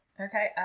Okay